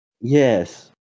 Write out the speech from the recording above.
yes